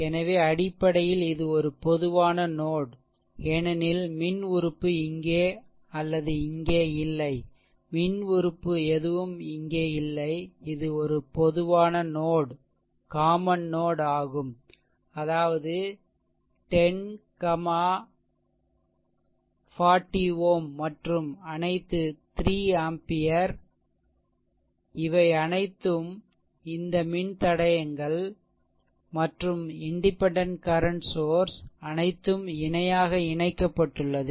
எனவே அடிப்படையில் இது ஒரு பொதுவான நோட் ஏனெனில் மின்உறுப்பு இங்கே அல்லது இங்கே இல்லை மின் உறுப்பு எதுவும் இங்கே இல்லை இது ஒரு பொதுவான நோட் அதாவது 10 40 Ω மற்றும் அனைத்து 3 ஆம்பியர் இவை அனைத்தும் இந்த மின்தடையங்கள் மற்றும் இண்டிபெண்டென்ட் கரண்ட் சோர்ஸ் அனைத்தும் இணையாக இணைக்கப்பட்டுள்ளன